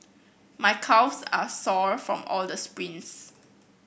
my calves are sore from all the sprints